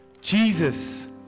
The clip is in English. Jesus